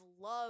love